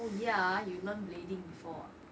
oh yeah you learn blading before ah